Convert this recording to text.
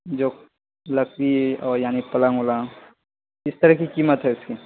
جو لکڑی اور یعنی پلنگ ولنگ کس طرح کی قیمت ہے اس کی